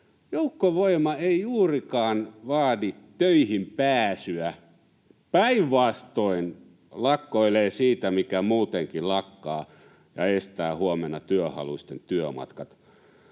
Joukkovoima ei juurikaan vaadi töihin pääsyä — päinvastoin lakkoilee siitä, mikä muutenkin lakkaa, ja estää huomenna työhaluisten työmatkat.